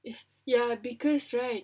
ya because right